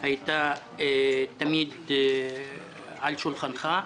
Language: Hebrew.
היתה על שולחנך.